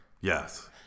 Yes